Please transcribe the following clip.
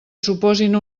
suposin